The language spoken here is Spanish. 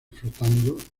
flotando